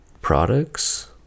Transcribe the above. Products